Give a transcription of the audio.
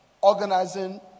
organizing